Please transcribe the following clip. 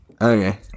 Okay